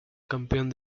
campeón